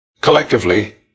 collectively